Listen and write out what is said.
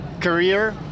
career